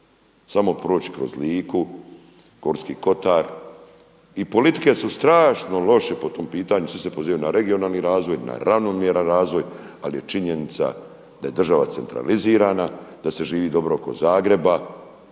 samo proći kroz Liku, Gorski kotar. I politike su strašno loše po tom pitanju, svi se pozivaju na regionalni razvoj, na ravnomjeran razvoj ali je činjenica da je država centralizirana, da se živi dobro oko Zagreba